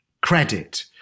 credit